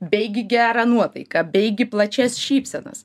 bei gi gerą nuotaiką bei gi plačias šypsenas